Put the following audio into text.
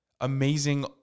amazing